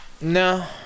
No